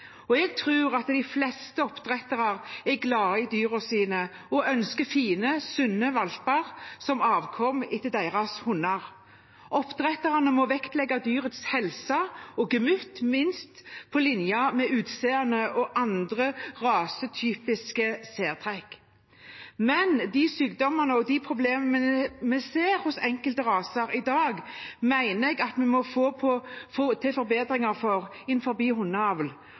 Jeg tror at de fleste oppdrettere er glad i dyrene sine og ønsker fine, sunne valper som avkom etter sine hunder. Oppdretterne må vektlegge dyrets helse og gemytt minst på linje med utseende og andre rasetypiske særtrekk. Men når det gjelder de sykdommene og de problemene vi ser hos enkelte raser i dag, mener jeg at vi må få til forbedringer